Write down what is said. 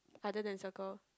either than circle